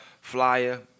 Flyer